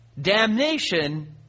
Damnation